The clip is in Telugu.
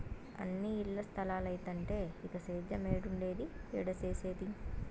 అన్నీ ఇల్ల స్తలాలైతంటే ఇంక సేద్యేమేడుండేది, ఏడ సేసేది